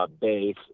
base